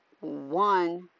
one